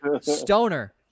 Stoner